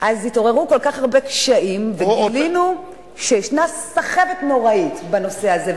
התעוררו כל כך הרבה קשיים וגילינו שישנה סחבת נוראית בנושא הזה.